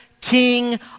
king